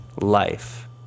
life